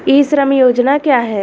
ई श्रम योजना क्या है?